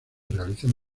realizan